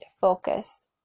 focus